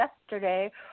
yesterday